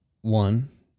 One